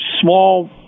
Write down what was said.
small